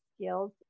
skills